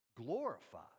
Glorified